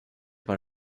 per